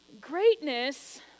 Greatness